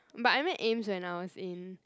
but I meet Ames when I was in